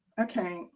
okay